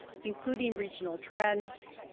including regional trends,